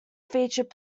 featured